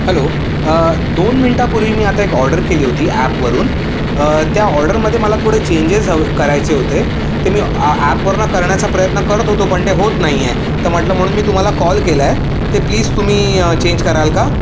hello दोन मिनटापूर्वी मी आता एक ऑर्डर केली होती ॲपवरून त्या ऑर्डरमध्ये मला थोडे चेंजेस हवे हो करायचे होते ते मी ॲपवरून करण्याचा प्रयत्न करत होतो पण ते होत नाही आहे तर म्हटलं म्हणून मी तुम्हाला कॉल केला आहे ते प्लीज तुम्ही चेंज कराल का